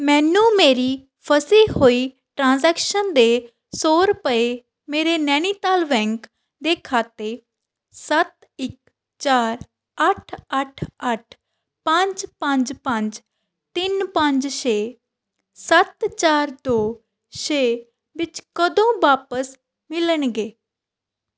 ਮੈਨੂੰ ਮੇਰੀ ਫਸੀ ਹੋਈ ਟ੍ਰਾਂਜੈਕਸ਼ਨ ਦੇ ਸੌ ਰੁਪਏ ਮੇਰੇ ਨੈਨੀਤਾਲ ਬੈਂਕ ਦੇ ਖਾਤੇ ਸੱਤ ਇੱਕ ਚਾਰ ਅੱਠ ਅੱਠ ਅੱਠ ਪੰਜ ਪੰਜ ਪੰਜ ਤਿੰਨ ਪੰਜ ਛੇ ਸੱਤ ਚਾਰ ਦੋ ਛੇ ਵਿੱਚ ਕਦੋਂ ਵਾਪਸ ਮਿਲਣਗੇ